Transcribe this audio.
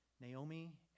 Naomi